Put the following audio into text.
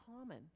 common